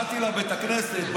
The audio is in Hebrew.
באתי לבית הכנסת,